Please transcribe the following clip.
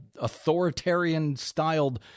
authoritarian-styled